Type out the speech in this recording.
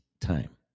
time